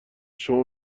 شما